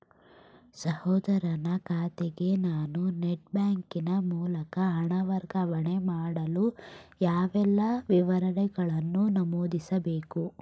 ಸಹೋದರನ ಖಾತೆಗೆ ನಾನು ನೆಟ್ ಬ್ಯಾಂಕಿನ ಮೂಲಕ ಹಣ ವರ್ಗಾವಣೆ ಮಾಡಲು ಯಾವೆಲ್ಲ ವಿವರಗಳನ್ನು ನಮೂದಿಸಬೇಕು?